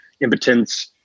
impotence